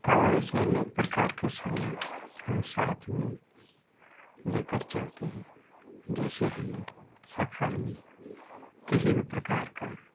और ऐसे अनेक प्रकार के सामान हम साथ में लेकर चलते हैं जैसे हम सफ़र में किसी भी प्रकार का